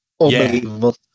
unbelievable